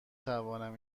توانم